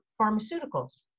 pharmaceuticals